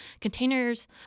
containers